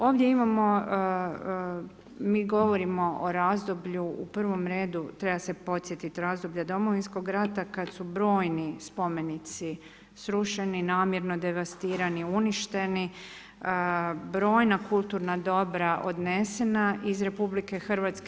Ovdje imamo, govorimo o razdoblju u prvom redu, treba se podsjetiti, razdoblje Domovinskog rata kad su brojni spomenici srušeni, namjerno devastirani, uništeni, brojna kulturna dobra odnesena iz RH.